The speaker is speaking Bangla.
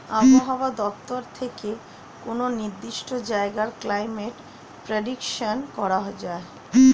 আবহাওয়া দপ্তর থেকে কোনো নির্দিষ্ট জায়গার ক্লাইমেট প্রেডিকশন করা যায়